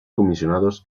comisionados